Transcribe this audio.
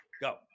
Go